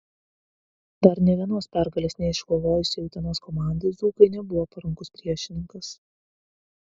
dar nė vienos pergalės neiškovojusiai utenos komandai dzūkai nebuvo parankus priešininkas